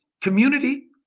community